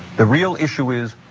the real issue is,